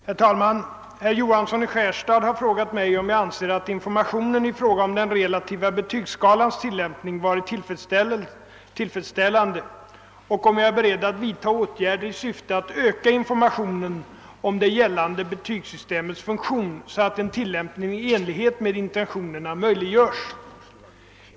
Herr talman! Herr Johansson i Skärstad har frågat mig, om jag anser att informationen i fråga om den relativa betygsskalans tillämpning varit tillfredsställande och om jag är beredd att vidta åtgärder i syfte att öka informationen om det gällande betygssystemets funktion så att en tillämpning i enlighet med intentionerna möjliggörs.